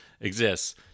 exists